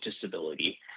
disability